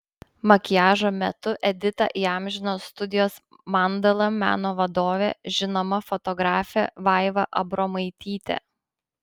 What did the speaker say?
makiažo metu editą įamžino studijos mandala meno vadovė žinoma fotografė vaiva abromaitytė